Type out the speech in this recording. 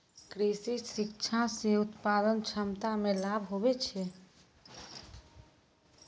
कृषि शिक्षा से उत्पादन क्षमता मे लाभ हुवै छै